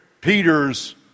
Peter's